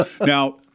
Now